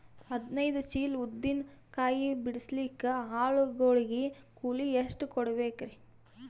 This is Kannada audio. ಹದಿನೈದು ಚೀಲ ಉದ್ದಿನ ಕಾಯಿ ಬಿಡಸಲಿಕ ಆಳು ಗಳಿಗೆ ಕೂಲಿ ಎಷ್ಟು ಕೂಡಬೆಕರೀ?